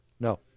No